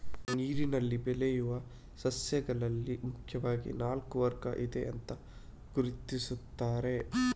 ನೀರಿನಲ್ಲಿ ಬೆಳೆಯುವ ಸಸ್ಯಗಳಲ್ಲಿ ಮುಖ್ಯವಾಗಿ ನಾಲ್ಕು ವರ್ಗ ಇದೆ ಅಂತ ಗುರುತಿಸ್ತಾರೆ